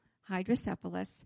hydrocephalus